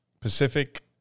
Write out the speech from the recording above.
Pacific